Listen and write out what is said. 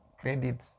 credit